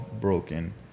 broken